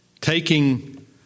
taking